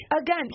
Again